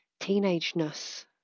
teenageness